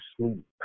sleep